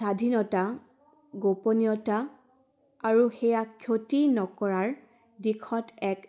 স্বাধীনতা গোপনীয়তা আৰু সেয়া ক্ষতি নকৰাৰ দিশত এক